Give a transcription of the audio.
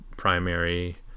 Primary